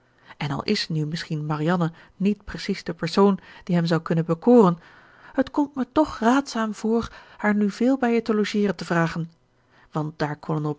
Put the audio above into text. en al is nu misschien marianne niet precies de persoon die hem zou kunnen bekoren het komt mij toch raadzaam voor haar nu veel bij je te logeeren te vragen want daar